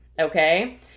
okay